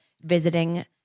visiting